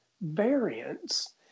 variants